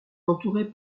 entourée